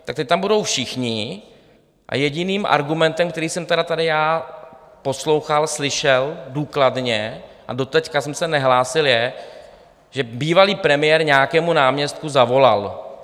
Tak teď tam budou všichni a jediný argument, který jsem tady poslouchal, slyšel důkladně a doteď jsem se nehlásil, je, že bývalý premiér nějakému náměstku zavolal.